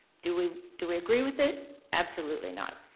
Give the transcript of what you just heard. do we do we agree with it? absolutely not.